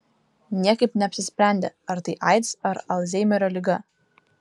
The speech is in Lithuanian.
niekaip neapsisprendė ar tai aids ar alzheimerio liga